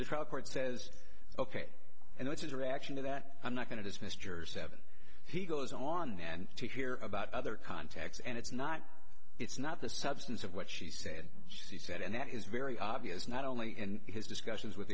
report says ok and that's his reaction to that i'm not going to dis mr sevan he goes on and to hear about other contacts and it's not it's not the substance of what she said she said and that is very obvious not only in his discussions with